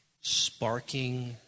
sparking